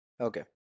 Okay